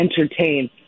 entertain